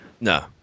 No